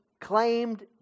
claimed